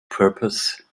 purpose